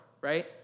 right